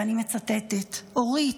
ואני מצטטת: אורית,